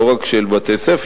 לא רק של בתי-ספר,